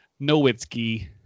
Nowitzki